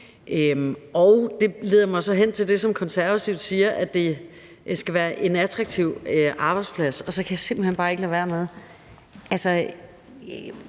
Det leder mig så hen til det, som Konservative siger, om, at det skal være en attraktiv arbejdsplads, og så kan jeg simpelt hen bare ikke lade være med at